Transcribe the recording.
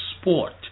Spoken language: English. Sport